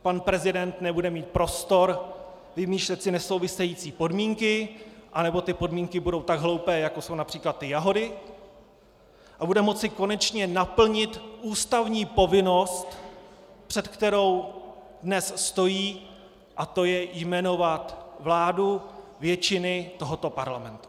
Pan prezident nebude mít prostor vymýšlet si nesouvisející podmínky, anebo ty podmínky budou tak hloupé, jako jsou například ty jahody, a bude moci konečně naplnit ústavní povinnost, před kterou dnes stojí, a to je jmenovat vládu většiny tohoto parlamentu.